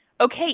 okay